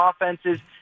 offenses